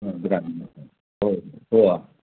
हो ग्रामीण हो हो आ